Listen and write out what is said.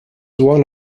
one